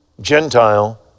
gentile